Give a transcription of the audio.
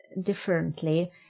differently